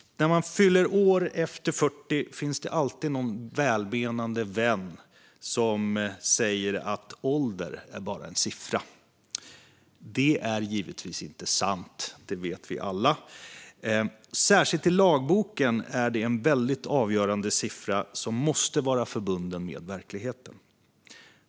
När man fyller år efter 40 finns det alltid någon välmenande vän som säger att ålder bara är en siffra. Det är givetvis inte sant; det vet vi alla. Särskilt i lagboken är det en väldigt avgörande siffra som måste vara förbunden med verkligheten.